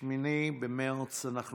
8 במרץ,